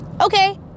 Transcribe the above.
Okay